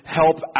help